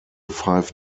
five